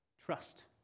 Trust